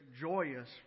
joyous